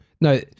No